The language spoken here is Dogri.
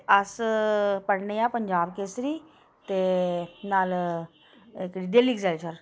अस पढ़ने आं पंजाब केसरी ते नाल डेली ऐक्सैलसर